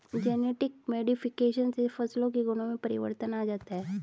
genetic modification से फसलों के गुणों में परिवर्तन आ जाता है